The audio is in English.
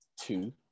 two